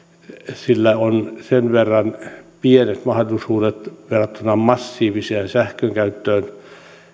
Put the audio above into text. sillä on sen verran pienet mahdollisuudet verrattuna massiiviseen sähkönkäyttöön